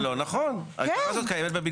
זה לא נכון, ההגדרה קיימת.